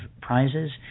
prizes